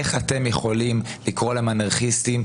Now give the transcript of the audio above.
איך אתם יכולים לקרוא להם אנרכיסטים?